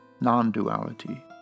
non-duality